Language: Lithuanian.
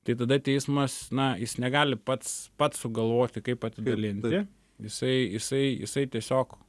tai tada teismas na jis negali pats pats sugalvoti kaip atidalinti jisai jisai jisai tiesiog